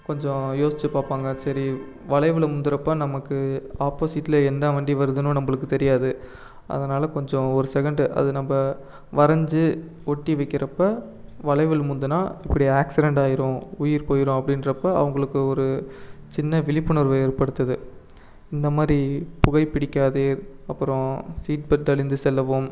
கொஞ்சம் யோசித்து பார்ப்பாங்க சரி வளைவில் முந்துகிறப்ப நமக்கு ஆப்போசிட்டில் என்ன வண்டி வருதுன்னும் நம்மளுக்கு தெரியாது அதனால கொஞ்சம் ஒரு செகண்டு அது நம்ம வரைஞ்சி ஒட்டி வைக்கிறப்ப வளைவில் முந்தினா இப்படி ஆக்சிரன்ட் ஆயிடும் உயிர் போயிடும் அப்படின்றப்ப அவங்களுக்கு ஒரு சின்ன விழிப்புணர்வை ஏற்படுத்துது இந்தமாதிரி புகை பிடிக்காதீர் அப்புறம் சீட் பெல்ட் அணிந்து செல்லவும்